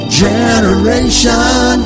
generation